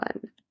one